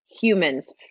humans